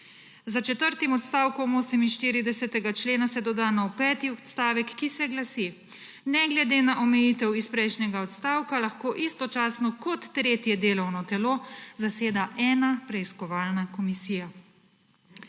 »Za četrtim odstavkom 48. člena se doda nov peti odstavek, ki se glasi: Ne glede na omejitev iz prejšnjega odstavka lahko istočasno kot tretje delovno telo zaseda ena preiskovalna komisija.«